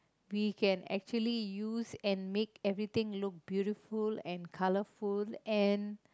we can actually use and make everything look beautiful and colourful and